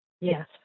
Yes